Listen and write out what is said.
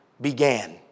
began